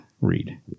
read